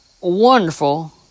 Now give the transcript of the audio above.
wonderful